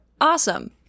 awesome